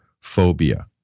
phobia